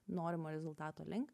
norimo rezultato link